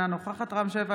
אינה נוכחת רם שפע,